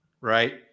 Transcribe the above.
Right